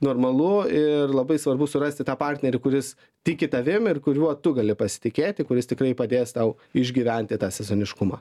normalu ir labai svarbu surasti tą partnerį kuris tiki tavim ir kuriuo tu gali pasitikėti kuris tikrai padės tau išgyventi tą sezoniškumą